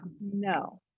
no